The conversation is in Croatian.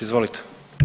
Izvolite.